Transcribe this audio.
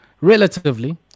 relatively